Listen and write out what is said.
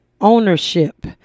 ownership